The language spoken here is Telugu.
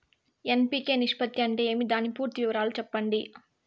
ఎన్.పి.కె నిష్పత్తి అంటే ఏమి దాని పూర్తి వివరాలు సెప్పండి?